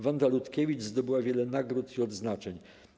Wanda Rutkiewicz zdobyła wiele nagród i odznaczeń.